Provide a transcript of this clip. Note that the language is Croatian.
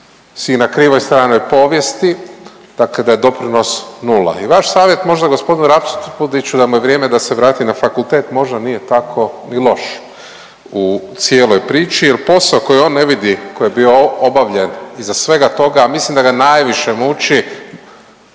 si na krivoj strani povijesti dakle da je doprinos nula i vaš savjet možda g. Raspudiću da mu je vrijeme da se vrati na fakultet možda nije tako ni loš u cijeloj priči jel posao koji on ne vidi, koji je bio obavljen iza svega toga, a mislim da ga najviše muči